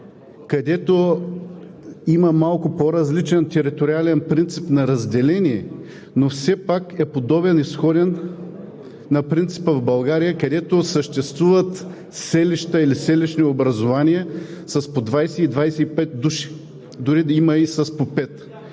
където има малко по-различен териториален принцип на разделение, но все пак е подобен, сходен на принципа в България, където съществуват селища или селищни образувания с по 20 и 25 души, дори има и с по